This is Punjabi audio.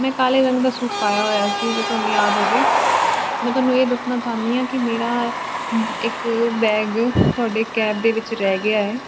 ਮੈਂ ਕਾਲੇ ਰੰਗ ਦਾ ਸੂਟ ਪਾਇਆ ਹੋਇਆ ਸੀ ਜੇ ਤੁਹਾਨੂੰ ਯਾਦ ਹੋਵੇ ਮੈਂ ਤੁਹਾਨੂੰ ਇਹ ਦੱਸਣਾ ਚਾਹੁੰਦੀ ਹਾਂ ਕਿ ਮੇਰਾ ਇੱਕ ਬੈਗ ਤੁਹਾਡੇ ਕੈਬ ਦੇ ਵਿੱਚ ਰਹਿ ਗਿਆ ਹੈ